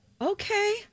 Okay